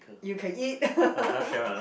you can eat